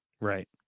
Right